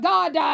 God